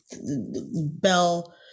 bell